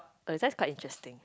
oh that's quite interesting